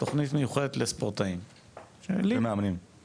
תוכנית מיוחדת לספורטאים ומאמנים,